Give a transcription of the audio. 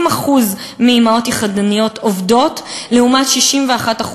80% מהאימהות היחידניות עובדות, לעומת 61%